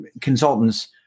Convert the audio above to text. consultants